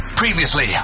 Previously